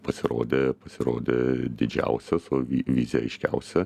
pasirodė pasirodė didžiausias o vizija aiškiausia